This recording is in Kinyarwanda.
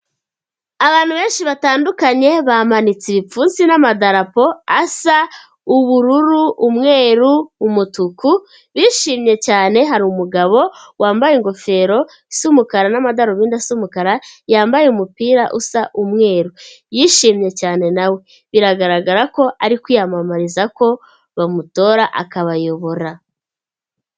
Abantu benshi batandukanye bamanitse ibipfunsi n'amadarapo asa ubururu umweru, umutuku bishimye cyane hari umugabo wambaye ingofero isa umukara n'amadarubindi asa umukara yambaye umupira usa umweru yishimye cyane nawe biragaragara ko ari kwiyamamariza ko bamutora akabayobora.